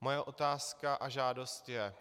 Moje otázka a žádost je: